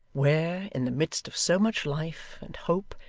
where, in the midst of so much life, and hope,